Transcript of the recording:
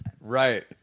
Right